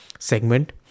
Segment